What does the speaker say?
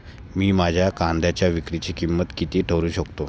मी माझ्या कांद्यांच्या विक्रीची किंमत किती ठरवू शकतो?